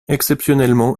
exceptionnellement